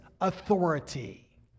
authority